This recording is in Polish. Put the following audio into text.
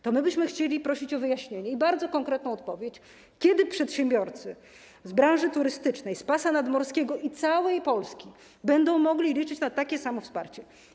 To my byśmy chcieli prosić o wyjaśnienie i bardzo konkretną odpowiedź na pytanie: Kiedy przedsiębiorcy pracujący w branży turystycznej z pasa nadmorskiego i z całej Polski będą mogli liczyć na takie samo wsparcie?